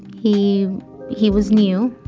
he he was new.